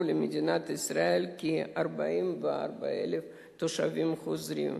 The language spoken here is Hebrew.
למדינת ישראל כ-44,000 תושבים חוזרים.